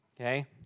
Okay